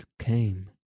came